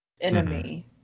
enemy